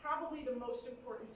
probably the most important